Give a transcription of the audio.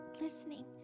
listening